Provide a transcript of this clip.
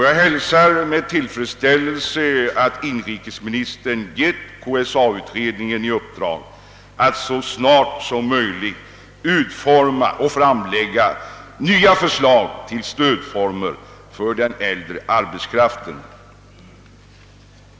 Jag hälsar med tillfredsställelse att inrikesministern givit KSA-utredningen i uppdrag att så snart som möjligt utforma och framlägga nya förslag till stödformer för den äldre arbetskraften.